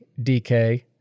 DK